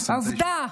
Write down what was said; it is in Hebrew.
עובדה,